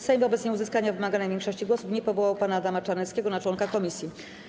Sejm wobec nieuzyskania wymaganej większości głosów nie powołał pana Adama Czarneckiego na członka komisji.